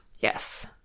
Yes